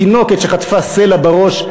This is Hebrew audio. תינוקת שחטפה סלע בראש,